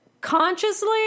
consciously